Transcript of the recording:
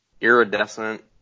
iridescent